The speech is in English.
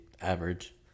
average